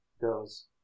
goes